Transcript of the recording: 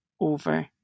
over